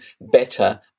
better